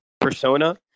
persona